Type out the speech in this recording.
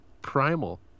primal